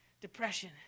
depression